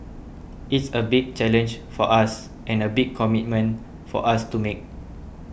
it is a big challenge for us and a big commitment for us to make